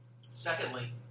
Secondly